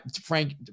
Frank